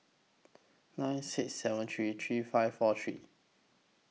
nine six seven three three five four three